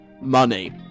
Money